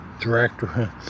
director